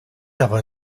aber